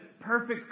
perfect